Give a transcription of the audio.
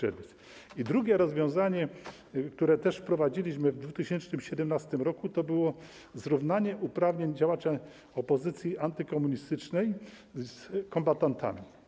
I drugie rozwiązanie, które też wprowadziliśmy w 2017 r., to było zrównanie uprawnień działaczy opozycji antykomunistycznej z kombatantami.